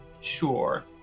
Sure